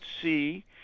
see